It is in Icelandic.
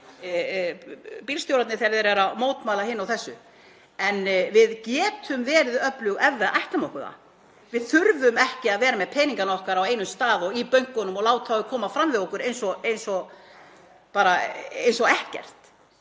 í Frakklandi þegar verið er að mótmæla hinu og þessu. En við getum verið öflug ef við ætlum okkur það. Við þurfum ekki að vera með peningana okkar á einum stað í bönkunum og láta þá koma fram við okkur eins og ekkert.